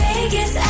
Vegas